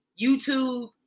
YouTube